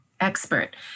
expert